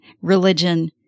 religion